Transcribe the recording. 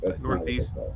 Northeast